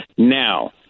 Now